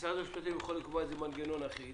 משרד המשפטים יכול לקבוע מנגנון אחיד